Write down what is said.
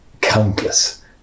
countless